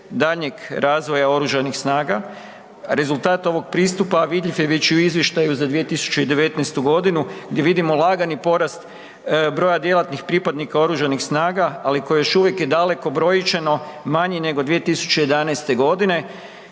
daljnjeg razvoja oružanih snaga. Rezultat ovog pristupa vidljiv je već i u izvještaju za 2019.g. gdje vidimo lagani porast broja djelatnih pripadnika oružanih snaga, ali koji još uvijek je daleko brojčano manji nego 2011.g.